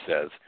says